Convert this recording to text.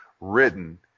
written